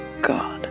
God